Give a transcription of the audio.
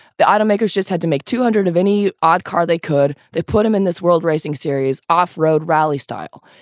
the automakers just had to make two hundred of any odd car they could. they put him in this world racing series off road rally style.